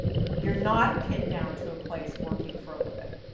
you're not pinned down to a place working for a living.